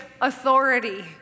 authority